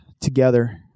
together